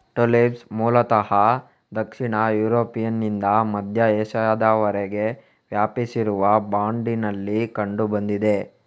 tulips ಮೂಲತಃ ದಕ್ಷಿಣ ಯುರೋಪ್ನಿಂದ ಮಧ್ಯ ಏಷ್ಯಾದವರೆಗೆ ವ್ಯಾಪಿಸಿರುವ ಬ್ಯಾಂಡಿನಲ್ಲಿ ಕಂಡು ಬಂದಿದೆ